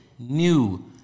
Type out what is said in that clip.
new